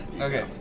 Okay